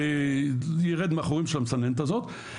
ירד מהחורים של המסננת הזאת.